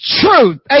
truth